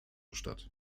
statt